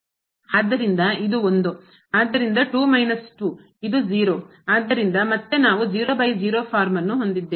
ಆದ್ದರಿಂದ ಇದು 1 ಆದ್ದರಿಂದ ಇದು 0 ಆದ್ದರಿಂದ ಮತ್ತೆ ನಾವು 00 ಫಾರ್ಮ್ ಅನ್ನು ಹೊಂದಿದ್ದೇವೆ